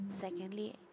secondly